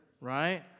right